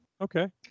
okay